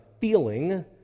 feeling